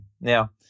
Now